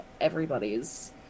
everybody's